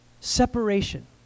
Separation